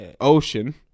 Ocean